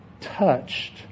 touched